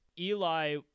Eli